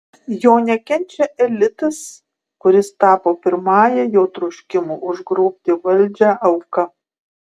jo nekenčia elitas kuris tapo pirmąja jo troškimo užgrobti valdžią auka